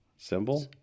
Symbol